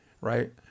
right